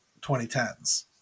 2010s